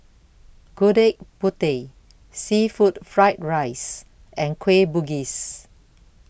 Gudeg Putih Seafood Fried Rice and Kueh Bugis